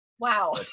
wow